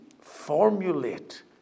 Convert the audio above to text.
formulate